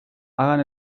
hagan